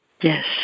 Yes